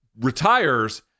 retires